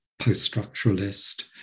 post-structuralist